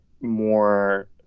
more